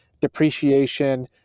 depreciation